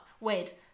wait